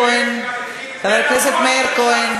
אתם גורמים נזק למאות בנות ספרדיות.